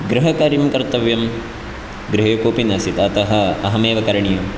गृहकार्यं कर्तव्यं गृहे कोपि नासीत् अतः अहमेव करणीयं